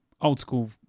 old-school